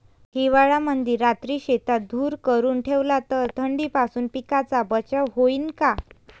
हिवाळ्यामंदी रात्री शेतात धुर करून ठेवला तर थंडीपासून पिकाचा बचाव होईन का?